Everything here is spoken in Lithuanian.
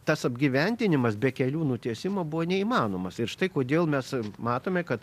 tas apgyvendinimas be kelių nutiesimo buvo neįmanomas ir štai kodėl mes matome kad